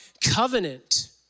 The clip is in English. covenant